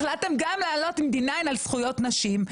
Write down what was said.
החלטתם גם לעלות עם די-9 על זכויות נשים.